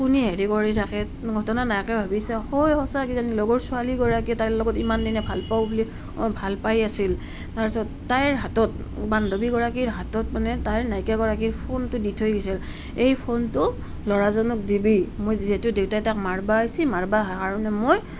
কোনে হেৰি কৰি থাকে ঘটনা নায়কে ভাবিছে হয় সঁচা কিজানি লগৰ ছোৱালী গৰাকীয়ে তাৰ লগত ইমানদিনে ভাল পাওঁ বুলি ভাল পাই আছিল তাৰ পাছত তাইৰ হাতত বান্ধৱীগৰাকীৰ হাতত মানে তাই নায়িকাগৰাকীৰ ফোনটো দি থৈ গৈছিল এই ফোনটো ল'ৰাজনক দিবি মোৰ যিহেতু দেউতাই তাক মাৰিব আহিছে মাৰিব অহাৰ কাৰণে মই